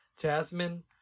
Jasmine